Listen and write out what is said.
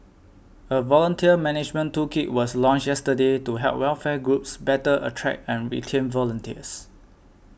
a volunteer management toolkit was launched yesterday to help welfare groups better attract and retain volunteers